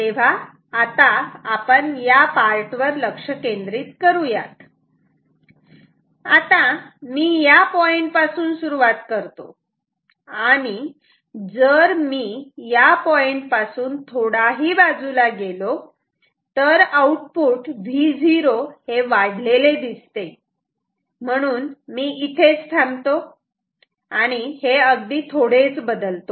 तेव्हा आता आपण या पार्ट वर लक्ष केंद्रित करूयात आता मी या पॉईंट पासून सुरुवात करतो आणि जर मी या पॉईंटपासून थोडाही बाजूला गेलो तर आउटपुट Vo हे वाढलेले दिसते म्हणून मी इथेच थांबतो हे अगदी थोडेच बदलतो